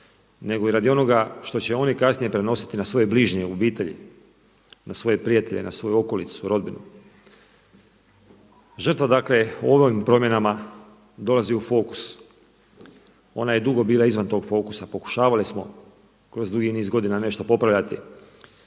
nego i radi onoga što će oni kasnije prenositi na svoje bližnje, obitelji, na svoje prijatelje i na svoju okolicu, rodbinu. Žrtva dakle u ovim promjenama dolazi u fokus. Ona je dugo bila izvan tog fokusa, pokušavali smo kroz dugi niz godina nešto popravljati.